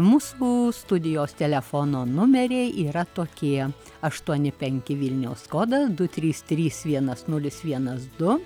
mus mūsų studijos telefono numeriai yra tokie aštuoni penki vilniaus kodas du trys trys vienas nulis vienas du